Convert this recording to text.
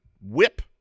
whip